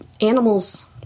animals